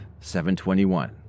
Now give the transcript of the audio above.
721